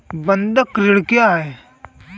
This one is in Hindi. बंधक ऋण क्या है?